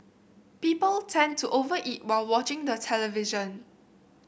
people tend to over eat while watching the television